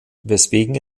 weswegen